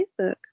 Facebook